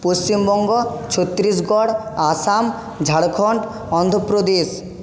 Paschimbanga Chhattisgarh Assam Jharkhand Andhra Pradesh